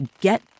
get